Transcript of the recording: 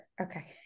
Okay